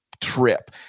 trip